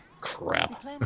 crap